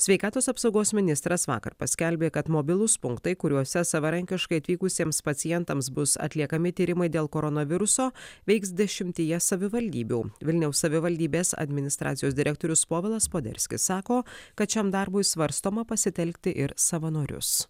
sveikatos apsaugos ministras vakar paskelbė kad mobilūs punktai kuriuose savarankiškai atvykusiems pacientams bus atliekami tyrimai dėl koronaviruso veiks dešimtyje savivaldybių vilniaus savivaldybės administracijos direktorius povilas poderskis sako kad šiam darbui svarstoma pasitelkti ir savanorius